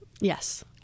Yes